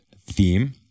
theme